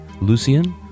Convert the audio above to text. Lucian